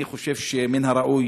אני חושב שמן הראוי